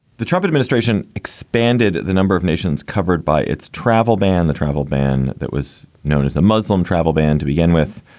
the trump administration expanded the number of nations covered by its travel ban, the travel ban that was known as the muslim travel ban to begin with.